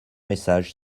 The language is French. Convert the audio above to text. message